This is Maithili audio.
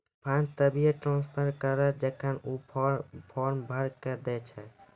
फंड तभिये ट्रांसफर करऽ जेखन ऊ फॉर्म भरऽ के दै छै